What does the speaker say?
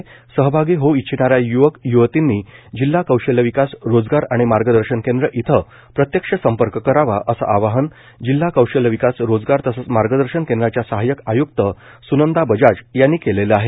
या वेबीनारमध्ये सहभागी होवू इच्छिणाऱ्या य्वक य्वतींनी जिल्हा कौशल्य विकास रोजगार आणि मार्गदर्शन केंद्र येथे प्रत्यक्ष संपर्क करावा असे आवाहन जिल्हा कौशल्य विकास रोजगार तसंच मार्गदर्शन केंद्राच्या सहाय्यक आयुक्त सुनंदा बजाज यांनी केले आहे